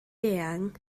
eang